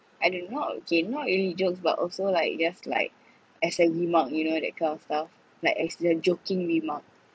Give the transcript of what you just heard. I don't know n~ okay not really jokes but also like just like as a remark you know that kind of stuff like as a joking remark